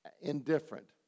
indifferent